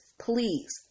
please